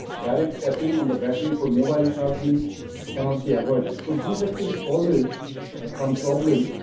direct tapping on the battery for mobile charging cannot be avoided. so this actually causes some problem,